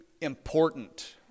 important